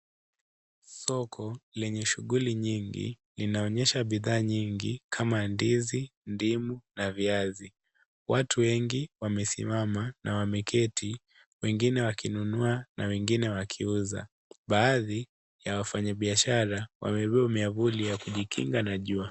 Soko lenye shughuli nyingi linaonyesha bidhaa nyingi kama ndizi, ndimu na viazi. Watu wengi wamesimama na wameketi wengine wakinunua na wengine wakiuza. Baadhi ya wafanya biashara wamebeba miavuli ya kujikinga na jua.